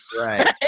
Right